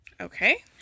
Okay